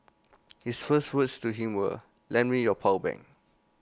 his first words to him were lend me your power bank